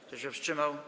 Kto się wstrzymał?